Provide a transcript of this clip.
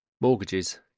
mortgages